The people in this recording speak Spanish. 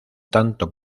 tanto